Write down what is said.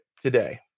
today